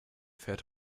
fährt